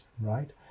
right